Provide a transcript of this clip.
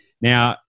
Now